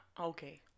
Okay